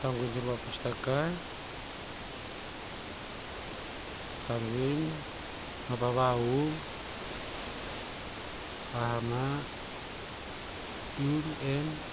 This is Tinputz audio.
Tanguin kuru pa postakah, tanguin, no pa vahuv, ha hama iu en`en